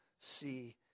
see